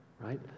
right